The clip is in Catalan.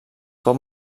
pot